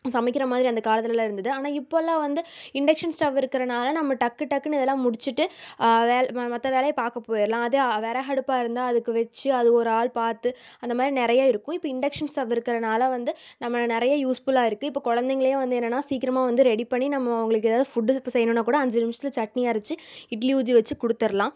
சமைக்கிற மாதிரி அந்த காலத்துலலாம் இருந்துது ஆனால் இப்போல்லாம் வந்து இன்டக்ஷன் ஸ்டவ் இருக்குறனால நம்ம டக்கு டக்குன்னு இதெல்லாம் முடிச்சிவிட்டு வேலை மற்ற வேலையை பார்க்க போயிரலாம் அதே விறகு அடுப்பாக இருந்தால் அதுக்கு வச்சி அதை ஒரு ஆள் பார்த்து அந்தமாதிரி நிறைய இருக்கும் இப்போ இன்டக்ஷன் ஸ்டவ் இருக்கிறனால வந்து நம்ம நிறைய யூஸ்ஃபுல்லாக இருக்கு இப்போ குழந்தைங்களையும் வந்து என்னன்னா சீக்கிரமாக வந்து ரெடி பண்ணி நம்ம அவங்களுக்கு எதாவது ஃபுட்டு இப்போ செய்யணுன்னாக்கூட அஞ்சு நிமிஷத்துல சட்னி அரைச்சி இட்லி ஊற்றி வச்சு கொடுத்தர்லாம்